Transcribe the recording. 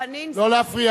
חנין זועבי,